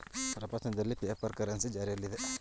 ಪ್ರಪಂಚದಲ್ಲಿ paper currency ಜಾರಿಯಲ್ಲಿದೆ